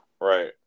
Right